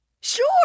Sure